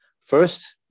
First